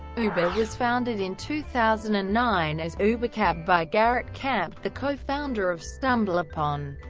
uber was founded in two thousand and nine as ubercab by garrett camp, the cofounder of stumbleupon,